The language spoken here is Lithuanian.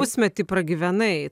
pusmetį pragyvenai